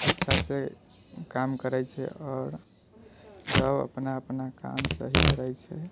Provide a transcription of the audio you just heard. अच्छासे काम करै छै आओर सभ अपना अपना काम सही करै छै